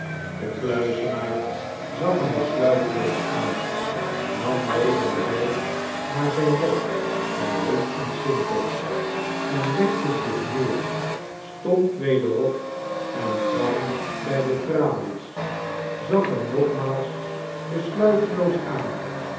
de kluizenaar zag hem besluiteloos aan nam weder de wyk naar zyn bed van roet en sintels en legde zich neer stond weder op en kwam by de tralies zag hem nogmaals besluiteloos aan